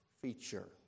feature